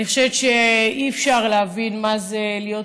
אני חושבת שאי-אפשר להבין מה זה להיות